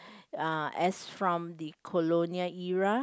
uh as from the colonial era